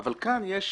אבל כאן יש